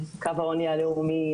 העוני הלאומי,